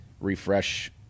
refresh